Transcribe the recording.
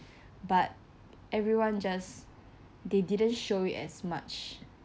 but everyone just they didn't show it as much